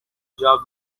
job